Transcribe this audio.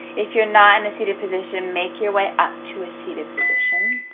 if you're, not in a seated position make your way up to a seated position